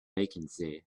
vacancy